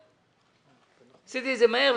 כשאישרתי את הצו, ועשיתי את זה מהר.